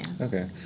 Okay